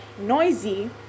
noisy